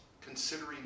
considering